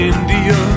India